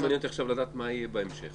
מעניין אותי לדעת מה יהיה בהמשך.